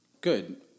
Good